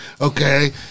okay